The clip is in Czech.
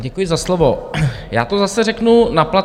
Děkuji za slovo, já to zase řeknu naplacato.